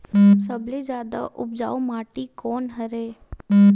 सबले जादा उपजाऊ माटी कोन हरे?